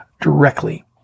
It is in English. directly